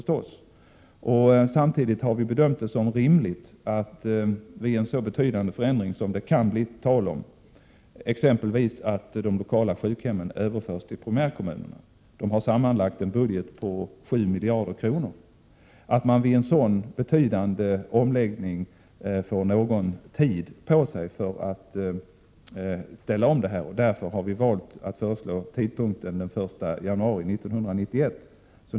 Samtidigt har vi bedömt det som rimligt att man vid en så betydande förändring som det kan bli tal om, exempelvis att de lokala sjukhemmen överförs till primärkommunerna — de har en sammanlagd budget på 7 miljarder kronor — får tid på sig för omställningen. Därför har vi föreslagit att förändringarna skall träda i kraft den 1 januari 1991.